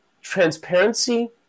transparency